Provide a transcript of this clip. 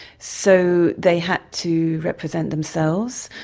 so they had to represent themselves.